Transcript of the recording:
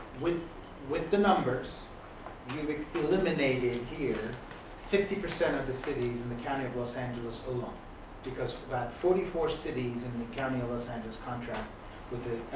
with with the numbers you've eliminated here fifty percent of the cities in the county of los angeles totally because about forty four cities in the county of los angeles contract with the